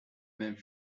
même